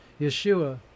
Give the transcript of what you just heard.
Yeshua